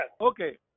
okay